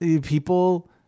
people